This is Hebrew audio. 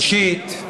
ראשית,